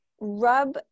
rub